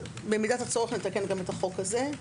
במידת הצורך, נתקן גם את החוק הזה.